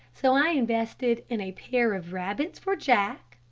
so i invested in a pair of rabbits for jack,